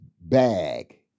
bag